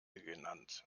genannt